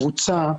הצפה.